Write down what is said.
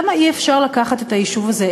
למה אי-אפשר לקחת את היישוב הזה,